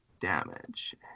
damage